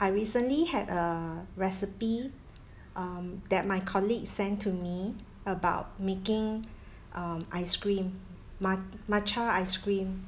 I recently had a recipe um that my colleague sent to me about making um ice cream mat~ matcha ice cream